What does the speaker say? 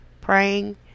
praying